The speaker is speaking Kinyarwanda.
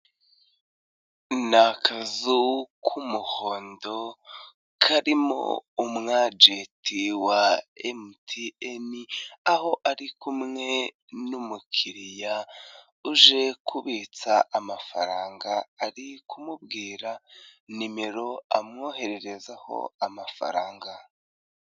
Ni akazu k'umuhondo, karimo umwajenti wa MTN, aho ari kumwe n'umukiriya uje kubitsa amafaranga, ari kumubwira nimero amwohererezaho amafaranga.